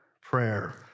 Prayer